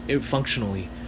functionally